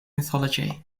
mythology